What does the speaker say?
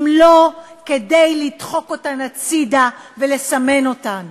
אם לא כדי לדחוק אותן הצדה ולסמן אותן?